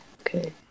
Okay